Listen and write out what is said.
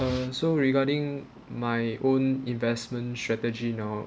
uh so regarding my own investment strategy note